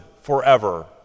forever